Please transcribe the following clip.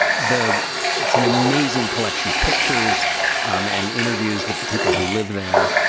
the the it's an amazing collection of pictures um and interviews with the people who live there.